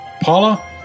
paula